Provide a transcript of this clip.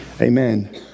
Amen